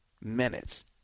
minutes